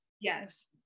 yes